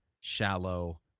shallow